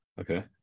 Okay